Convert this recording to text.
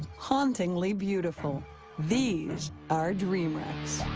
hauntingly beautiful these are dream wrecks.